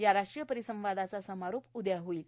या राष्ट्रीय रिसंवादाचा समारो उद्या होईल